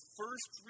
first